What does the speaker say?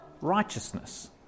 righteousness